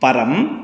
परम्